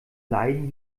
leiden